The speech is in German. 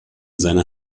seine